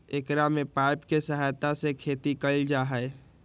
एकरा में पाइप के सहायता से खेती कइल जाहई